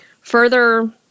further